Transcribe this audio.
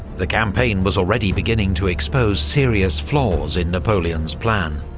the campaign was already beginning to expose serious flaws in napoleon's plan.